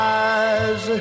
eyes